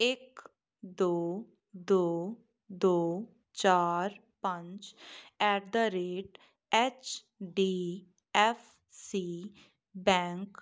ਇੱਕ ਦੋ ਦੋ ਦੋ ਚਾਰ ਪੰਜ ਐੱਟ ਦਾ rate H D F C bank